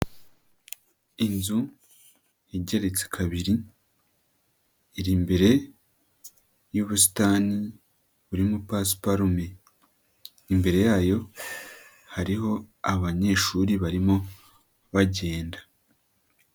Inzu igeretse kabiri iri imbere y'ubusitani burimo pasiparume, imbere yayo hariho abanyeshuri barimo bagenda.